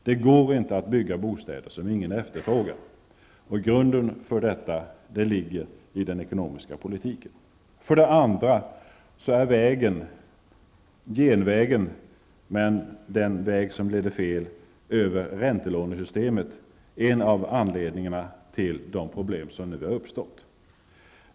Det går inte att bygga bostäder som ingen efterfrågar. Grunden för detta ligger i den ekonomiska politiken. För det andra är vägen -- den genväg som leder fel -- över räntelånesystemet en av anledningarna till de problem som nu har uppstått.